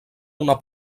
una